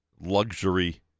luxury